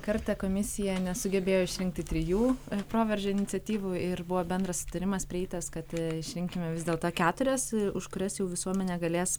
kartą komisija nesugebėjo išrinkti trijų proveržio iniciatyvų ir buvo bendras sutarimas prieitas kad išrinkime vis dėlto keturias už kurias jau visuomenė galės